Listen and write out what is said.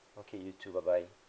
okay you too bye bye